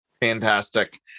Fantastic